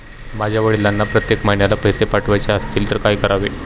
माझ्या वडिलांना प्रत्येक महिन्याला पैसे पाठवायचे असतील तर काय करावे?